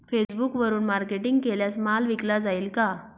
फेसबुकवरुन मार्केटिंग केल्यास माल विकला जाईल का?